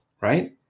right